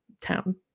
town